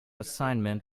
assignment